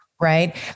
Right